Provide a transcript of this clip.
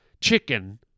chicken